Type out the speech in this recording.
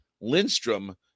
Lindstrom